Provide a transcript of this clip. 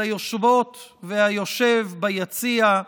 אל היושבות והיושב ביציע,